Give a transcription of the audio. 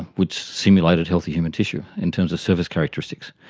which simulated healthy human tissue in terms of surface characteristics.